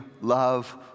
love